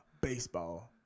baseball